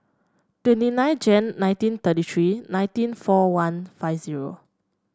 twenty nine Jan nineteen thirty three nineteen four one five zero